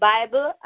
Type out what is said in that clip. Bible